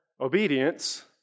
obedience